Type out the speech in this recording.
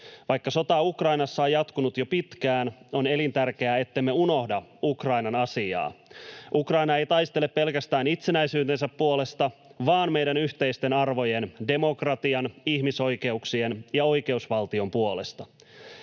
Vaikka sota Ukrainassa on jatkunut jo pitkään, on elintärkeää, ettemme unohda Ukrainan asiaa. Ukraina ei taistele pelkästään itsenäisyytensä puolesta, vaan meidän yhteisten arvojen: demokratian, ihmisoikeuksien ja oikeusvaltion puolesta.